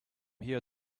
here